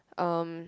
um